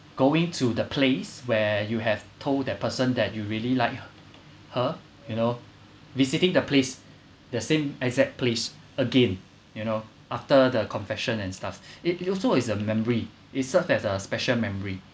going to the place where you have told that person that you really like her you know visiting the place the same exact place again you know after the confession and stuff it it also is a memory it served as a special memory